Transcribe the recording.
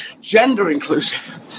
gender-inclusive